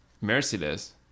Merciless